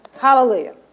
Hallelujah